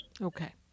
Okay